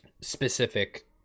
specific